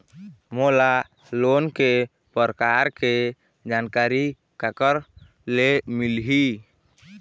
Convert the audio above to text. मोला लोन के प्रकार के जानकारी काकर ले मिल ही?